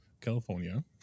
California